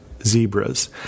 Zebras